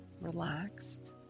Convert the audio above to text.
relaxed